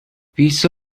wieso